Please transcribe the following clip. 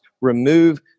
remove